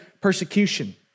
persecution